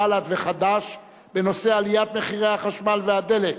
בל"ד וחד"ש בנושא: עליית מחירי החשמל והדלק